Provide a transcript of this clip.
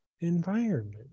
environment